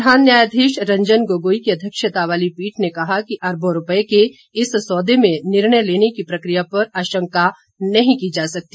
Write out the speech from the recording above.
प्रधान न्यायाधीश रंजन गोगाई की अध्यक्षता वाली पीठ ने कहा कि अरबों रूपये के इस सौदे में निर्णय लेने की प्रक्रिया पर आशंका नहीं की जा सकती